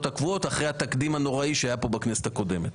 הקבועות לאחר התקדים הנוראי שהיה פה בכנסת הקודמת.